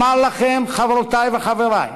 אומר לכם, חברותי וחברי: